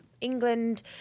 England